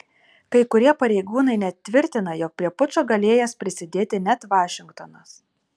kai kurie pareigūnai net tvirtina jog prie pučo galėjęs prisidėti net vašingtonas